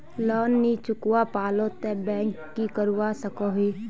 Loan नी चुकवा पालो ते बैंक की करवा सकोहो?